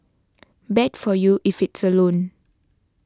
bad for you if it's a loan